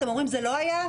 אתם אומרים שזה לא היה?